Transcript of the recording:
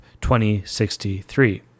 2063